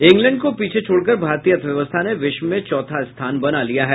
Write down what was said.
England को पिछे छोड़कर भारतीय अर्थव्यवस्था ने विश्व में चौथा स्थान बना लिया है